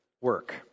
work